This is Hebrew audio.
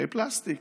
פלסטיק,